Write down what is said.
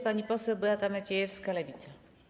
Pani poseł Beata Maciejewska, Lewica.